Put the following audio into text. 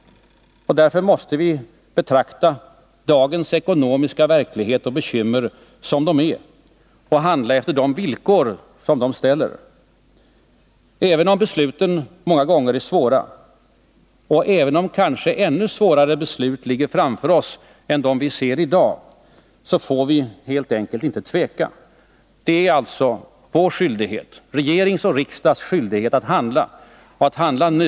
Därför måste vi betrakta dagens ekonomiska verklighet och bekymmer som de är och handla efter deras villkor. Även om besluten många gånger är svåra och även om kanske ännu svårare beslut än dem vi ser i dag ligger framför oss, får vi helt enkelt inte tveka. Det är alltså vår skyldighet — regerings och riksdags — att handla och att handla nu.